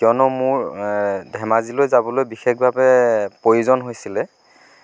কিয়নো মোৰ ধেমাজিলৈ যাবলৈ বিশেষভাৱে প্ৰয়োজন হৈছিলে